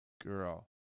girl